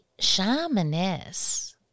shamaness